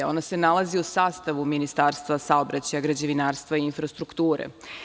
Ona se nalazi u sastavu Ministarstva saobraćaja, građevinarstva i infrastrukture.